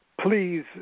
please